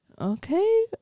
okay